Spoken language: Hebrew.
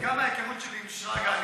וגם מההיכרות שלי עם שרגא,